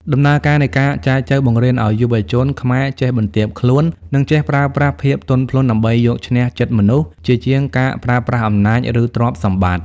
ដំណើរការនៃការចែចូវបង្រៀនឱ្យយុវជនខ្មែរចេះបន្ទាបខ្លួន និងចេះប្រើប្រាស់ភាពទន់ភ្លន់ដើម្បីយកឈ្នះចិត្តមនុស្ស ជាជាងការប្រើប្រាស់អំណាច ឬទ្រព្យសម្បត្តិ។